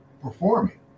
performing